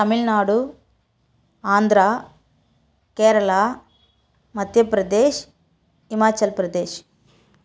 Tamil Nadu Andhra Kerala Madhya Pradesh Himachal Pradesh